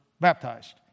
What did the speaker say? baptized